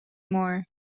more